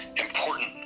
important